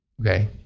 Okay